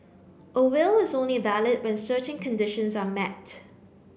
a will is only valid when certain conditions are met